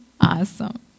Awesome